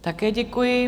Také děkuji.